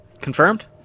Confirmed